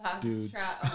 dudes